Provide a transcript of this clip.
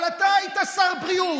אבל אתה היית שר בריאות.